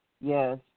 yes